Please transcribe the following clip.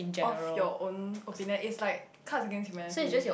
of your own opinion is like card against humanity